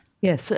Yes